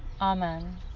Amen